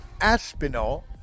Aspinall